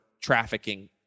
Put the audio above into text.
trafficking